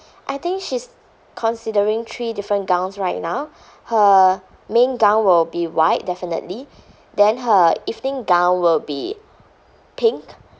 I think she's considering three different gowns right now her main gown will be white definitely then her evening gown will be pink